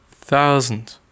thousand